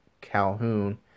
Calhoun